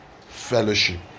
Fellowship